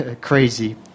crazy